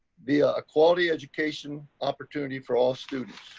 be a quality education opportunity for all students.